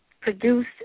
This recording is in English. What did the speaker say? produced